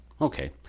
Okay